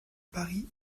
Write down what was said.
paris